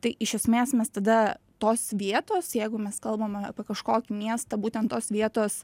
tai iš esmės mes tada tos vietos jeigu mes kalbame apie kažkokį miestą būtent tos vietos